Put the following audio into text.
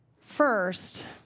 First